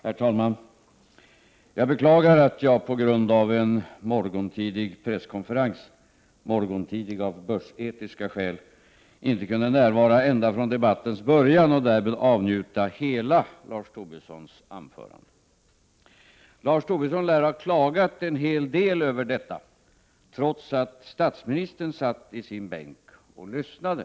Herr talman! Jag beklagar att jag på grund av en morgontidig presskonferens — morgontidig av börsetiska skäl — inte kunde närvara ända från debattens början och därmed avnjuta hela Lars Tobissons anförande. Lars Tobisson lär ha klagat en hel del över detta, trots att statsministern satt i sin bänk och lyssnade.